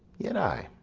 yet i,